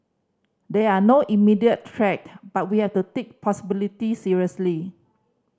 there are no immediate threat but we have to take possibility seriously